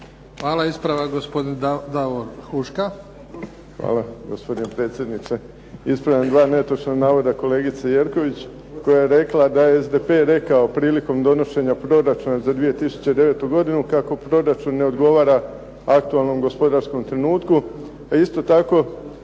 Davor Huška. **Huška, Davor (HDZ)** Hvala, gospodine predsjedniče. Ispravljam dva netočna navoda kolegice Jerković koja je rekla da je SDP rekao prilikom donošenja proračuna za 2009. godinu kako proračun ne odgovara aktualnom gospodarskom trenutku, a isto tako